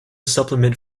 supplement